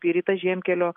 ir į tas žiemkelio